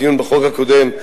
בדיון בחוק הקודם,